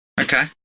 Okay